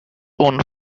won